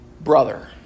brother